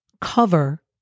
cover